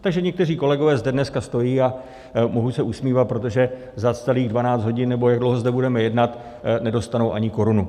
Takže někteří kolegové zde dneska stojí a mohou se usmívat, protože za celých dvanáct hodin, nebo jak dlouho zde budeme jednat, nedostanou ani korunu.